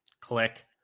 Click